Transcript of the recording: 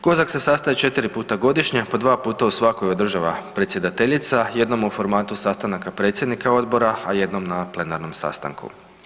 COSAC se sastaje 4 puta godišnje, po dva puta u svakoj od država predsjedateljica, jednom u formatu sastanaka predsjednika odbora a jednom na plenarnom sastanku.